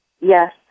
Yes